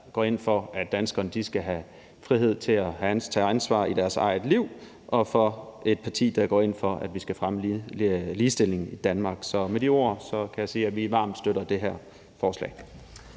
der går ind for, at danskerne skal have frihed til at tage ansvar i deres eget liv, og for et parti, der går ind for, at vi skal fremme ligestilling i Danmark. Så med de ord kan jeg sige, at vi varmt støtter det her forslag.